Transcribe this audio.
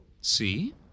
See